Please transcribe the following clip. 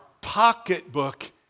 pocketbook